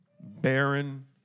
Barren